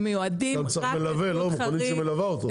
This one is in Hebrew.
הוא צריך מכונית שמלווה אותה.